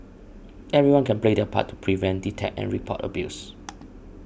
everyone can play their part to prevent detect and report abuse